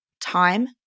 Time